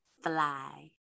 Fly